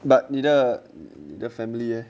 but neither the family